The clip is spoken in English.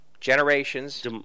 generations